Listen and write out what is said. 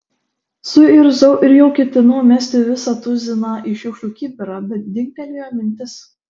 suirzau ir jau ketinau mesti visą tuziną į šiukšlių kibirą bet dingtelėjo mintis